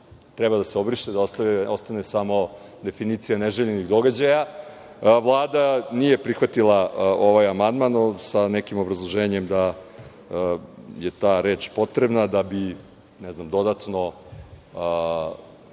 treba da se obriše i da ostane samo definicija „neželjeni događaji“.Vlada nije prihvatila ovaj amandman sa nekim obrazloženjem da je ta reč potrebna da bi dodatno